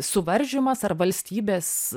suvaržymas ar valstybės